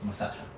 massage ah